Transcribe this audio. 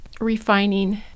refining